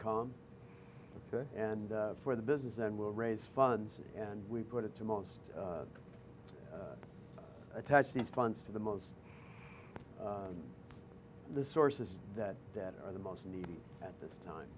com and for the business and we'll raise funds and we put it to most attach the funds to the most of the sources that that are the most needy at this time